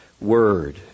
word